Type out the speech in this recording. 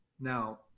Now